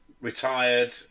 retired